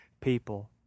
people